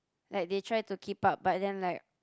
like they try to keep up but then like